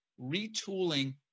retooling